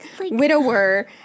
widower